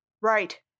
Right